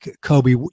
Kobe